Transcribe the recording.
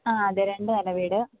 അ അതെ രണ്ടുനില വീട്